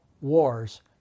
wars